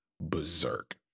berserk